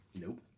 Nope